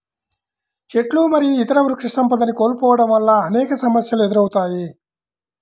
చెట్లు మరియు ఇతర వృక్షసంపదని కోల్పోవడం వల్ల అనేక సమస్యలు ఎదురవుతాయి